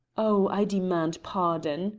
oh, i demand pardon!